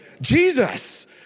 Jesus